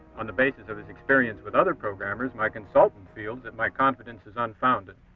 on the basis of his experience with other programmers, my consultant feels that my confidence is unfounded.